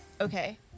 Okay